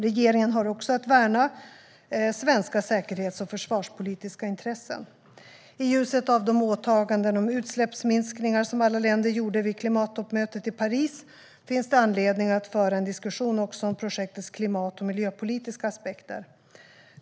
Regeringen har också att värna svenska säkerhets och försvarspolitiska intressen. I ljuset av de åtaganden om utsläppsminskningar som alla länder gjorde vid klimattoppmötet i Paris finns det anledning att föra en diskussion också om projektets klimat och miljöpolitiska aspekter.